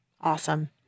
Awesome